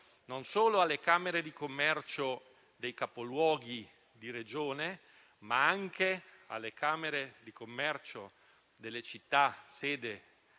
non solo alle camere di commercio dei capoluoghi di Regione, ma anche alle camere di commercio delle città sede